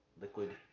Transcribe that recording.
Liquid